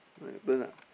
uh burn ah